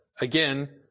Again